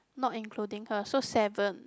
not including her so seven